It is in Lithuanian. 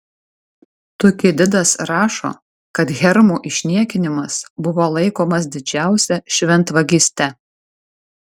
tukididas rašo kad hermų išniekinimas buvo laikomas didžiausia šventvagyste